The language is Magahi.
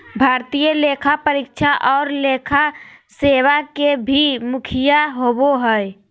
भारतीय लेखा परीक्षा और लेखा सेवा के भी मुखिया होबो हइ